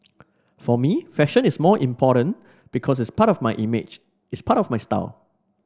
for me fashion is more important because it's part of my image it's part of my style